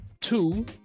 two